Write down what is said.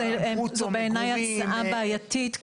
זו בעיני הצעה בעייתית,